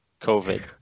COVID